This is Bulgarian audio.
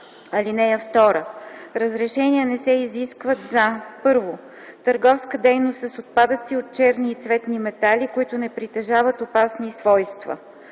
среда. (2) Разрешения не се изискват за: 1. търговска дейност с отпадъци от черни и цветни метали, които не притежават опасни свойства;